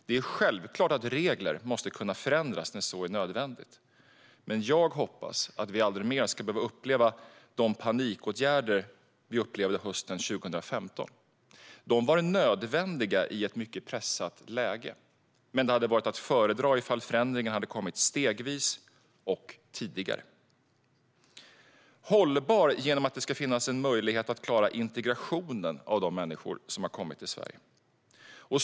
Det är självklart att regler måste kunna förändras när så är nödvändigt, men jag hoppas att vi aldrig mer ska behöva uppleva de panikåtgärder vi upplevde hösten 2015. De var nödvändiga i ett mycket pressat läge, men det hade varit att föredra att förändringarna hade kommit stegvis och tidigare. Den är hållbar genom att det ska finnas en möjlighet att klara integrationen av de människor som har kommit till Sverige.